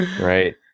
right